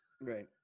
Right